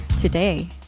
today